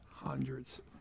hundreds